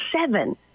seven